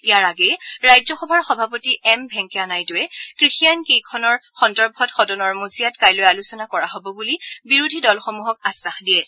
ইয়াৰ আগেয়ে ৰাজ্যসভাৰ সভাপতি এম ভেংকায়া নাইডুৱে কৃষি আইনকেইখনৰ সন্দৰ্ভত সদনৰ মজিয়াত কাইলৈ আলোচনা কৰা হ'ব বুলি বিৰোধী দলসমূহক আখাস দিয়ে